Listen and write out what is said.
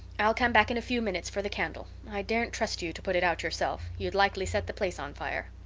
i'll come back in a few minutes for the candle. i daren't trust you to put it out yourself. you'd likely set the place on fire.